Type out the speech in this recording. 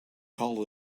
call